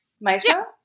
Maestro